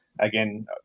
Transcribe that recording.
Again